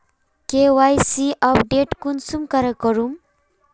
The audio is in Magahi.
के.वाई.सी अपडेट कुंसम करे करूम?